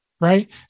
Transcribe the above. right